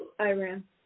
Iran